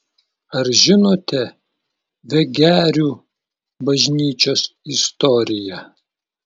ar žinote vegerių bažnyčios istoriją